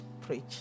preach